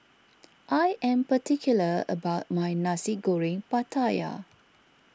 I am particular about my Nasi Goreng Pattaya